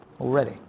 already